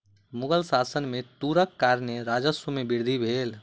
मुग़ल शासन में तूरक कारणेँ राजस्व में वृद्धि भेल